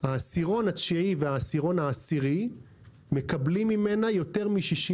העשירון התשיעי והעשירון העשירי מקבלים ממנה יותר מ-60%.